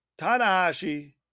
Tanahashi